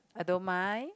I don't mind